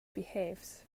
behaves